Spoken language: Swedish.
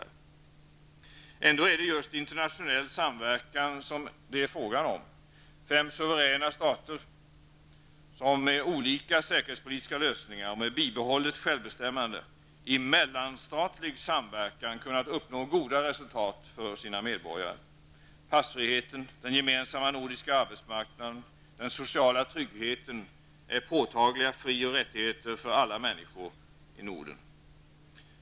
Ändå är det just internationell samverkan som det är fråga om: fem suveräna stater som -- med olika säkerhetspolitiska lösningar och med bibehållet självbestämmande -- i mellanstatlig samverkan kunnat uppnå goda resultat för sina medborgare. Passfriheten, den gemensamma nordiska arbetsmarknaden och den sociala tryggheten är påtagliga fri och rättigheter för alla människor i Norden.